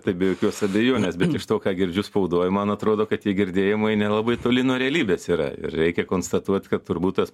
tai be jokios abejonės bent iš to ką girdžiu spaudoj man atrodo kad tie girdėjimai nelabai toli nuo realybės yra ir reikia konstatuot kad turbūt tas